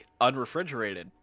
unrefrigerated